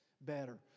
better